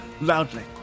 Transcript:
loudly